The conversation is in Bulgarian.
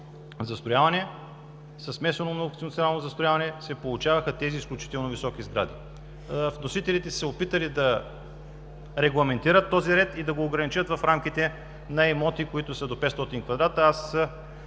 зоните за смесено многофункционално застрояване се получаваха тези изключително високи сгради. Вносителите са се опитали да регламентират този ред и да го ограничат в рамките на имоти, които са до 500 квадрата. Аз